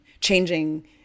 changing